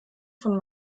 von